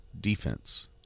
defense